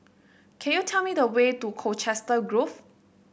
can you tell me the way to Colchester Grove